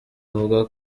avuga